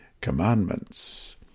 commandments